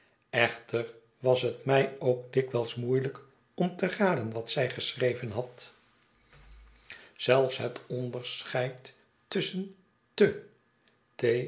echter was het mij ook dikwijls moeielijk om te raden wat zij geschreven had zelfs het onderscheid tusschen te